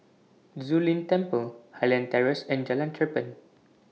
Zu Lin Temple Highland Terrace and Jalan Cherpen